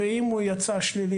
ואם הוא יצא שלילי,